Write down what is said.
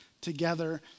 together